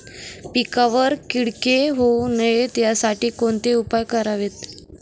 पिकावर किटके होऊ नयेत यासाठी कोणते उपाय करावेत?